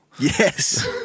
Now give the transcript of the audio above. Yes